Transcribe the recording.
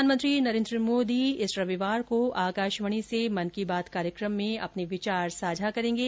प्रधानमंत्री नरेन्द्र मोदी आगामी रविवार को आकाशवाणी के मन की बात कार्यक्रम में अपने विचार साझा करेंगे